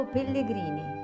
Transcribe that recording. Pellegrini